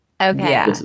Okay